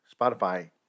Spotify